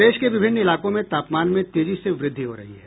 प्रदेश के विभिन्न इलाकों में तापमान में तेजी से वृद्धि हो रही है